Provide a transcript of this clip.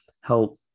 help